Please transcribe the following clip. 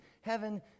heaven